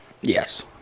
Yes